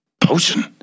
potion